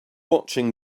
watching